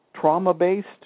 trauma-based